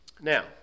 Now